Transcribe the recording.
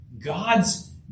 God's